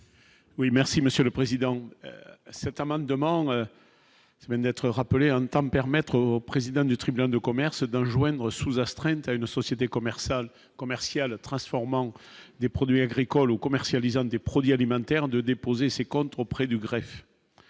Oui, merci Monsieur le Président, cet amendement même d'être rappelé en même temps permettre au président du tribunal de commerce d'enjoindre sous astreinte à une société commerciale commerciale transformant des produits agricoles ou commercialisant des produits alimentaires de déposer ses comptes auprès du greffe,